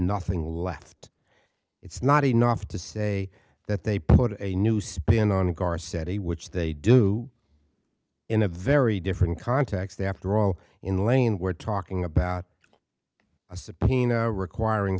nothing left it's not enough to say that they put a new spin on garces which they do in a very different context after all in the lane we're talking about a subpoena requiring